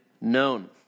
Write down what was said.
known